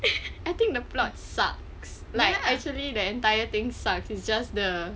I think the plot sucks like actually the entire thing sucks it's just the